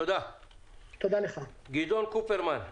גדעון קופרמן,